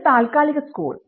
ഒരു താൽക്കാലിക സ്കൂൾ